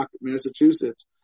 Massachusetts